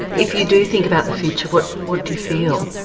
if you do think about the future, what what do you feel?